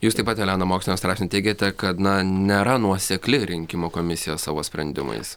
jūs taip pat elena moksliniam straipsny teigiate kad na nėra nuosekli rinkimų komisija savo sprendimais